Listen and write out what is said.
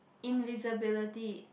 invisibility